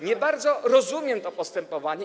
Nie bardzo rozumiem takie postępowanie.